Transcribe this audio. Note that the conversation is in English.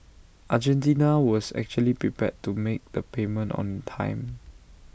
Argentina was actually prepared to make the payment on time